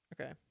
Okay